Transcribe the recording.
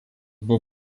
buvo